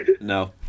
No